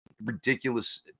Ridiculous